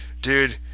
dude